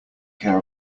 care